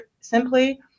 simply